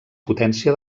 potència